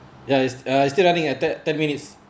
ya is uh still running uh ten ten minutes